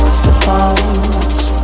suppose